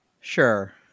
Sure